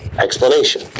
explanation